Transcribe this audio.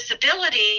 disability